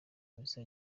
misa